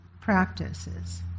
practices